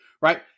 right